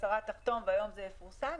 השרה תחתום וזה יפורסם,